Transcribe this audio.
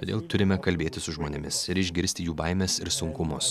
todėl turime kalbėtis su žmonėmis ir išgirsti jų baimes ir sunkumus